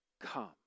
come